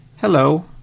hello